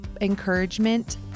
encouragement